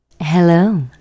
Hello